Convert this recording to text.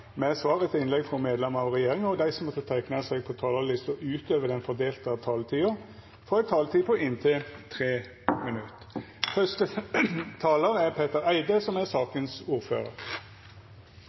med svar etter innlegg frå medlemmer av regjeringa, og dei som måtte teikna seg på talarlista utover den fordelte taletida, får ei taletid på inntil 3 minutt.